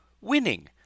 winning